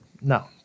No